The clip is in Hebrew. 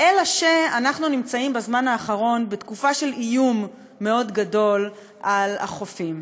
אלא שאנחנו נמצאים בזמן האחרון בתקופה של איום מאוד גדול על החופים.